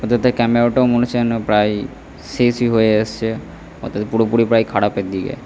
অর্থাৎ তার ক্যামেরাটাও মনে হচ্ছে যেন প্রায় শেষই হয়ে এসেছে অর্থাৎ পুরোপুরি প্রায় খারাপের দিকে